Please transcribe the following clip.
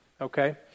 okay